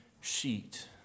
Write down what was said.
sheet